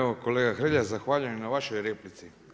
Evo kolega Hrelja, zahvaljujem na vašoj replici.